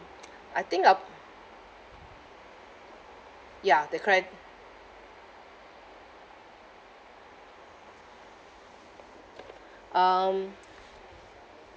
I think um ya they cre~ um